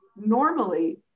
normally